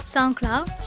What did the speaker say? SoundCloud